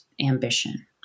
ambition